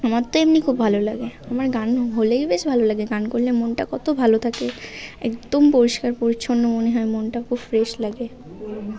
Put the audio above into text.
আমার তো এমনি খুব ভালো লাগে আমার গান হলেই বেশ ভালো লাগে গান করলে মনটা কত ভালো থাকে একদম পরিষ্কার পরিচ্ছন্ন মনে হয় মনটা খুব ফ্রেশ লাগে